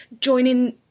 joining